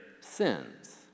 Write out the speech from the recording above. sins